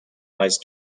lies